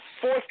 fourth